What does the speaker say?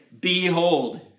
behold